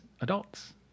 adults